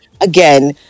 again